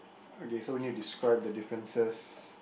okay so we need to describe the differences